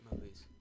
movies